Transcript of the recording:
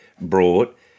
Brought